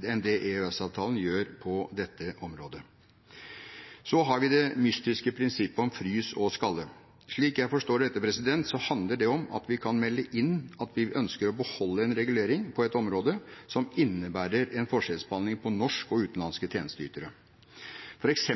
det EØS-avtalen gjør på dette området. Så har vi det mystiske prinsippet om «frys og skralle». Slik jeg forstår dette, handler det om at vi kan melde inn at vi ønsker å beholde en regulering på et område som innebærer en forskjellsbehandling på norske og utenlandske tjenesteytere, f.eks.